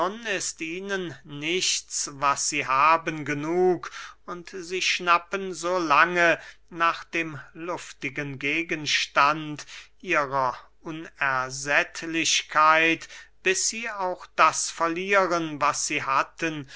ihnen nichts was sie haben genug und sie schnappen so lange nach dem luftigen gegenstand ihrer unersättlichkeit bis sie auch das verlieren was sie hatten